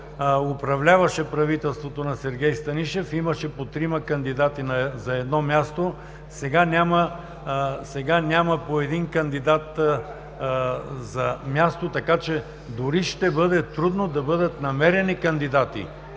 управляваше правителството на Сергей Станишев, имаше по трима кандидати за едно място – сега няма по един кандидат за място, така че дори ще бъде трудно да бъдат намерени кандидати